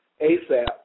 ASAP